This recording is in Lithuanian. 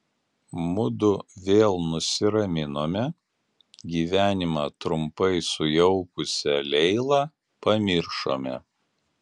mudu vėl nusiraminome gyvenimą trumpai sujaukusią leilą pamiršome